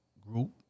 group